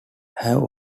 have